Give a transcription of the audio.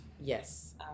Yes